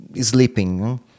sleeping